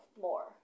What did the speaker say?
more